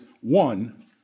one